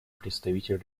представитель